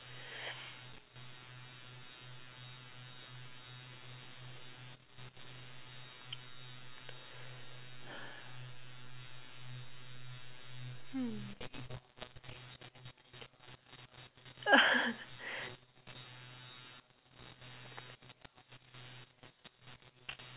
hmm